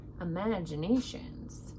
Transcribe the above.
imaginations